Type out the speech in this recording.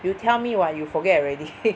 you tell me [what] you forget already